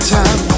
time